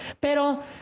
pero